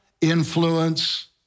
influence